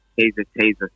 taser-taser